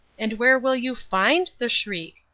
and where will you find the shriek?